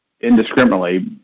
indiscriminately